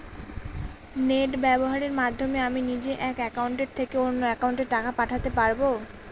Net ব্যবহারের মাধ্যমে আমি নিজে এক অ্যাকাউন্টের থেকে অন্য অ্যাকাউন্টে টাকা পাঠাতে পারব?